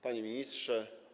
Panie Ministrze!